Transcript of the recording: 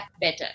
better